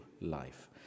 life